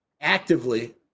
actively